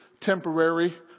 temporary